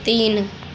तीन